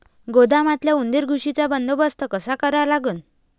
गोदामातल्या उंदीर, घुशीचा बंदोबस्त कसा करा लागन?